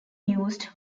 used